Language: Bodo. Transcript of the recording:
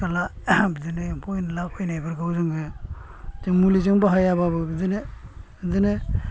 खाथि खाला बिदिनो एम्फौ एनला फैनायखौ जोङो मुलिजों बाहायाब्लाबो बिदिनो